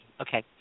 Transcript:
Okay